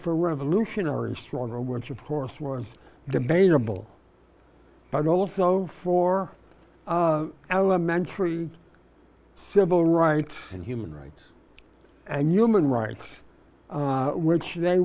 for revolutionaries stronger which of course once debatable but also for elementary civil rights and human rights and human rights which they